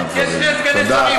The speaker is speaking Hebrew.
תודה.